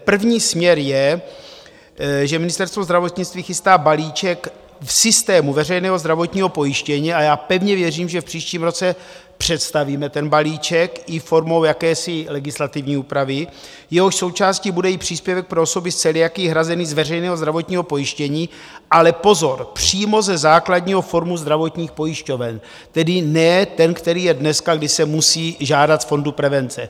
První směr je, že Ministerstvo zdravotnictví chystá balíček v systému veřejného zdravotního pojištění, a já pevně věřím, že v příštím roce představíme ten balíček i formou jakési legislativní úpravy, jehož součástí bude i příspěvek pro osoby s celiakií hrazený z veřejného zdravotního pojištění, ale pozor, přímo ze základního fondu zdravotních pojišťoven, tedy ne ten, který je dneska, kdy se musí žádat z Fondu prevence.